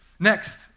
Next